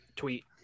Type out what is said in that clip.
Tweet